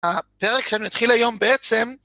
הפרק שלנו יתחיל היום בעצם...